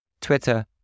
Twitter